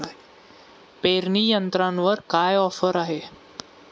पेरणी यंत्रावर काय ऑफर आहे?